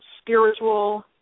spiritual